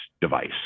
device